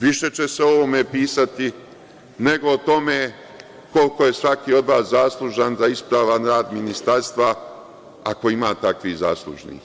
Više će se o ovome pisti, nego o tome koliko je svaki od vas zaslužan za ispravan rad ministarstva, ako ima takvih zaslužnih.